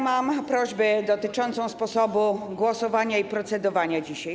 Mam prośbę dotyczącą sposobu głosowania i procedowania dzisiaj.